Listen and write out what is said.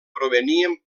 provenien